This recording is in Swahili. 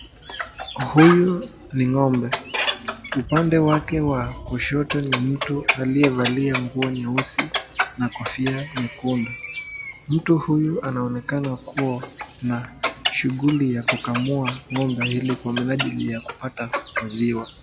Huyu ni ngombe, upande wake wa kushoto ni mtu aliyevalia nguo nyeusi na kofia nyekundu. Mtu huyu anaonekana kuwa na shughuli ya kukamua ngombe hili kwa minajili ya kupata maziwa.